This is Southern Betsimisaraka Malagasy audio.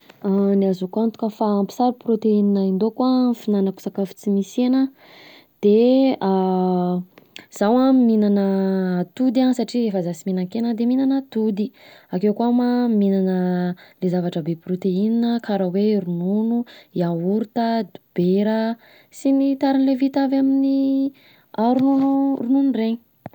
Ny azahoako antoka fa ampy sara proteina indaoko an am fihinanako sakafo sy misy hena, de zaho an mihinana atody satria efa za sy mihinan-kena de mihinana atody, akeo koa ma mihinana le zavatra be proteina karaha hoe: ronono, yaorta, dobera sy ny tariny le vita amin'ny ronono, ronono reny.